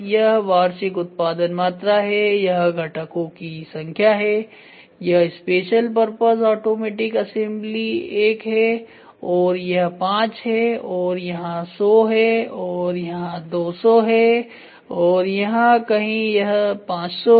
यह वार्षिक उत्पादन मात्रा है यह घटकों की संख्या है यह स्पेशल पर्पस आटोमेटिक असेंबली 1 है और यह 5 है और यहां यह 100 है और यहां यह 200 है और यहां कहीं यह 500 है